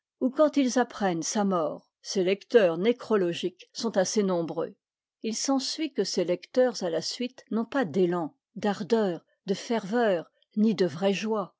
ou quand ils apprennent sa mort ces lecteurs nécrologiques sont assez nombreux il s'ensuit que ces lecteurs à la suite n'ont pas d'élan d'ardeur de ferveur ni de vraie joie